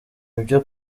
ibyo